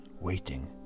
waiting